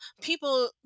people